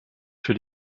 für